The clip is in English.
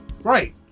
Right